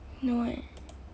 no eh